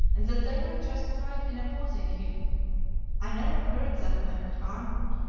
and that they were justified in opposing him i never heard that when at arnwood.